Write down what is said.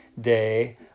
day